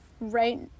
right